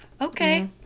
Okay